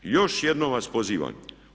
I još jednom vas pozivam.